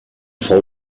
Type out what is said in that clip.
fou